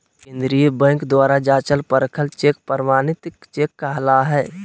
केंद्रीय बैंक द्वारा जाँचल परखल चेक प्रमाणित चेक कहला हइ